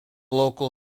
local